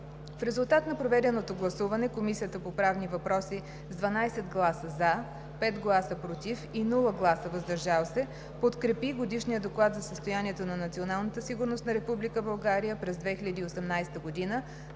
В резултат на проведеното гласуване Комисията по правни въпроси с 12 гласа „за“, 5 гласа „против“ и без „въздържал се“ подкрепи Годишния доклад за състоянието на националната